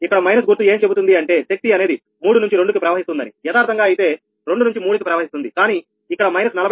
ఇక్కడ మైనస్ గుర్తు ఏం చెబుతుంది అంటే శక్తి అనేది మూడు నుంచి రెండు కి ప్రవహిస్తుందని యదార్ధంగా అయితే రెండు నుంచి మూడు కి ప్రవహిస్తుంది కానీ ఇక్కడ మైనస్ 49